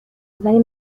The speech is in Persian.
ولی